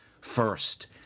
first